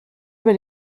über